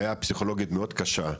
בעיה פסיכולוגית מאוד קשה,